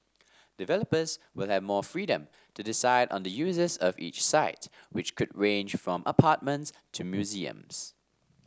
developers will have more freedom to decide on the uses of each site which could range from apartments to museums